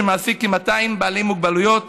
שמעסיק כ-200 בעלי מוגבלויות,